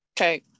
Okay